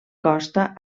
costa